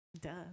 Duh